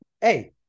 Hey